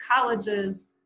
colleges